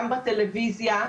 גם בטלוויזיה,